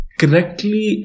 correctly